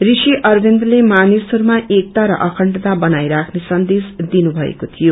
ऋषि अरविन्दले मानिसहरूमा एकता र अखण्डता बनाई राख्ने संदेश दिनुमएको शीियो